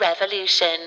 Revolution